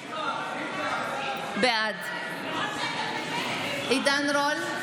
בעד עידן רול,